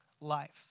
life